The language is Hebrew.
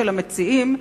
של המציעים,